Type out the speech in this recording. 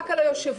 רק על היושב-ראש.